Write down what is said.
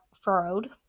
furrowed